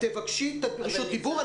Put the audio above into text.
תבקשי רשות דיבור.